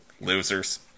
losers